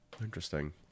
Interesting